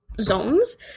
zones